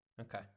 Okay